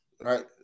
right